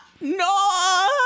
no